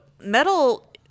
Metal